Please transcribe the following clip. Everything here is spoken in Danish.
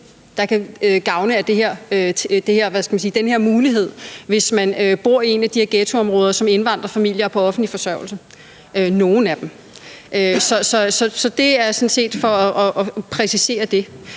der kan få gavn af den her mulighed, hvis man bor i et af de her ghettoområder som indvandrerfamilie og er på offentlig forsørgelse, ingen af dem. Det er sådan set for at præcisere det.